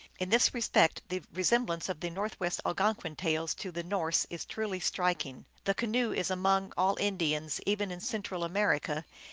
in this respect the resemblance of the northwest algonquin tales to the norse is truly strik ing. the canoe is among all indians, even in central america,